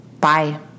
Bye